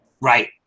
right